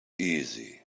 easy